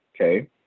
Okay